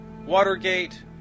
Watergate